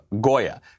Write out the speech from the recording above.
Goya